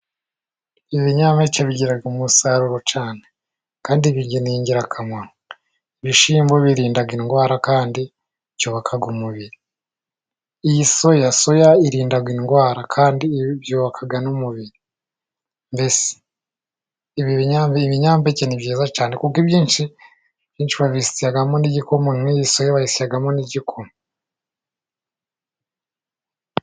Ibinyampeke bigira umusaruro cyane, kandi bigira ingirakamaro ibishyimbo birinda indwara, kandi byubaka umubiri, iyi soya, soya irinda indwara kandi byubaka n'umubiri mbese ibinyampeke ni byiza cyane, kuko byinshi bayisyamo n'igikoma, n'iyi soya bayisyamo n'igikoma.